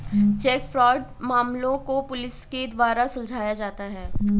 check fraud मामलों को police के द्वारा सुलझाया जाता है